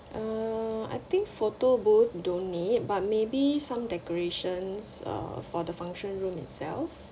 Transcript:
err I think photo booth don't need but maybe some decorations uh for the function room itself